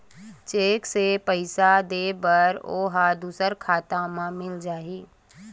Cheque से पईसा दे बर ओहा दुसर खाता म मिल जाही?